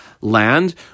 land